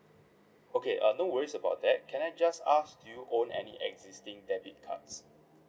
okay uh no worries about that can I just ask do you own any existing debit cards